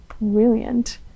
brilliant